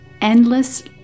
endless